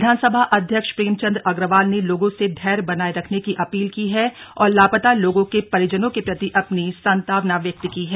विधानसभा अध्यक्ष प्रेम चंद अग्रवाल ने लोगों से धैर्य बनाये रखने की अपील की है और लापता लोगों के परिजनों के प्रति अपनी सांत्वना व्यक्त की है